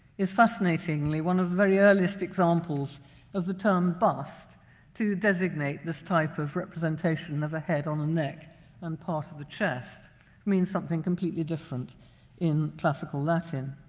is fascinatingly one of the very earliest examples of the term bust to designate this type of representation of a head on a neck and part of the chest. it means something completely different in classical latin.